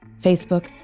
facebook